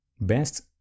Best